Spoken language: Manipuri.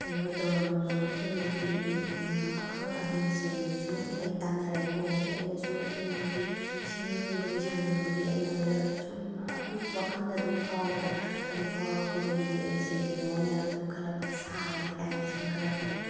ꯑꯗꯨꯒ ꯇꯧꯔꯝꯃꯕ ꯃꯇꯨꯡꯗꯒꯤꯗꯤ ꯑꯈꯪ ꯑꯍꯩꯁꯤꯡ ꯁꯨꯝ ꯑꯩ ꯇꯥꯟꯅꯔꯦ ꯀꯣꯟꯅꯗꯤ ꯑꯩꯅ ꯁꯨꯝ ꯑꯗꯨꯒꯨꯝꯕꯒꯤ ꯁꯦꯝꯅꯤꯡꯕꯒꯤ ꯁꯥꯅꯤꯡꯕꯒꯤ ꯑꯩꯉꯣꯟꯗ ꯁꯨꯝ ꯑꯗꯨꯝ ꯋꯥꯈꯟꯗ ꯑꯗꯨꯝ ꯐꯥꯎꯕꯗꯣ ꯑꯗꯨ ꯐꯥꯎꯔꯛꯄꯗꯒꯤꯗꯤ ꯑꯩꯁꯦ ꯀꯩꯅꯣ ꯑꯣꯏꯅ ꯁꯨꯝ ꯈꯜꯂꯛꯄ ꯁꯥꯔꯒꯦ ꯀꯥꯏꯅꯒ ꯁꯨꯝ ꯈꯜꯂꯛꯄꯗꯣ